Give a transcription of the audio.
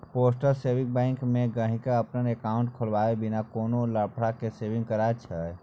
postal saving bank मे गांहिकी अपन एकांउट खोलबाए बिना कोनो लफड़ा केँ सेविंग करय छै